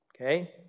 Okay